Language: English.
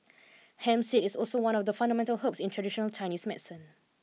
hemp seed is also one of the fundamental herbs in traditional Chinese medicine